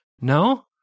No